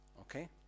Okay